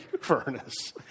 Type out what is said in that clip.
furnace